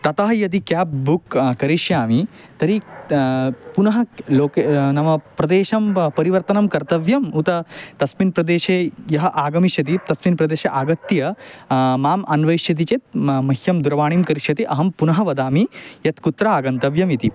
ततः यदि cab book करिष्यामि तर्हि पुनः क् लोकयानं नाम प्रदेशं ब पर्रिवर्तनं कर्तव्यम् उत तस्मिन् प्रदेशे यः आगमिष्यति तस्मिन्प्रदेशे आगत्य माम् अन्वेष्यति चेत् म मह्यं दूरवाणीं करिष्यति अहं पुनः वदामि यत् कुत्र आगन्तव्यम् इति